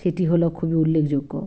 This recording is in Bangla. সেটি হল খুবই উল্লেখযোগ্য